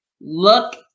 Look